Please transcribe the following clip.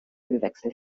ölwechsel